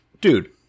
Dude